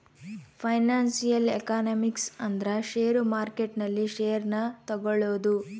financial economics ಅಂದ್ರ share market ನಲ್ಲಿ share ನ ತಗೋಳೋದು